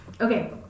okay